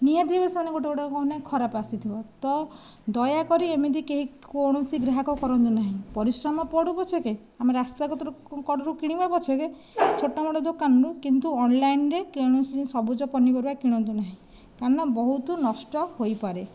ନିହାତି ଭାବେ ସେଣେ ଗୋଟିଏ ଗୋଟିଏ କ'ଣ ନାହିଁ ଖରାପ ଆସିଥିବ ତ ଦୟାକରି ଏମିତି କେହି କୌଣସି ଗ୍ରାହାକ କରନ୍ତୁ ନାହିଁ ପରିଶ୍ରମ ପଡ଼ୁ ପଛକେ ଆମେ ରାସ୍ତା କଡ଼ରୁ କିଣିବା ପଛକେ ଛୋଟ ମୋଟ ଦୋକାନରୁ କିନ୍ତୁ ଅନଲାଇନ୍ରେ କୌଣସି ସବୁଜ ପନିପରିବା କିଣନ୍ତୁ ନାହିଁ କାରଣ ବହୁତ ନଷ୍ଟ ହୋଇପାରେ